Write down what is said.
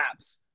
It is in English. apps